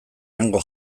hango